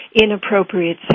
inappropriate